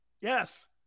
Yes